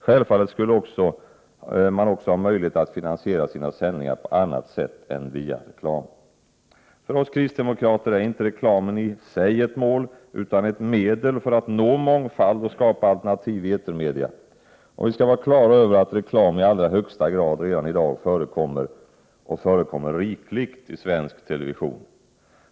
Självfallet skulle man också ha möjlighet att finansiera sina sändningar på annat sätt än via reklam. För oss kristdemokrater är inte reklamen i sig ett mål, utan ett medel för att nå mångfald och skapa alternativ i etermedia. Och vi skall vara klara över att reklam i allra högsta grad redan i dag förekommer — och förekommer rikligt — isvensk television.